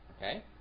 Okay